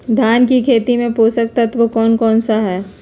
धान की खेती में पोषक तत्व कौन कौन सा है?